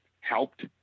helped